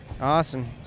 awesome